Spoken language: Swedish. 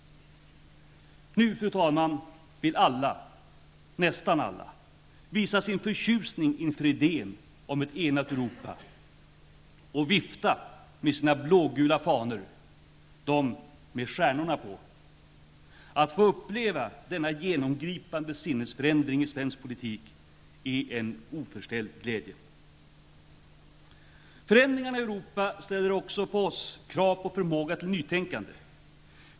Fru talman! Nu vill alla, nästan alla, visa sin förtjusning inför idén om ett enat Europa och vifta med sina blågula fanor -- de med stjärnorna på. Att få uppleva denna genomgripande sinnesförändring i svensk politik är en oförställd glädje. Förändringarna i Europa ställer, också på oss, krav på förmåga till nytänkande.